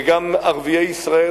וגם ערביי ישראל,